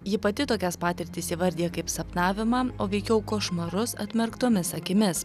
ji pati tokias patirtis įvardija kaip sapnavimą o veikiau košmarus atmerktomis akimis